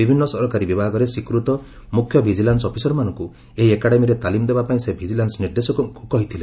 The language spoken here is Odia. ବିଭିନ୍ନ ସରକାରୀ ବିଭାଗରେ ସ୍ୱୀକୂତ ମୁଖ୍ୟ ଭିକିଲାନ୍ୱ ଅଫିସରମାନଙ୍କୁ ଏହି ଏକାଡେମୀରେ ତାଲିମ ଦେବା ପାଇଁ ସେ ଭିଜିଲାନ୍ ନିର୍ଦ୍ଦେଶକଙ୍କୁ କହିଥିଲେ